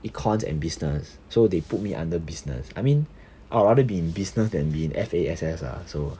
econs and business so they put me under business I mean I'll rather be in business than be in F_A_S_S ah so